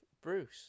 Bruce